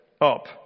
Up